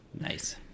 Nice